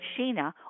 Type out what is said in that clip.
Sheena